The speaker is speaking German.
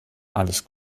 alles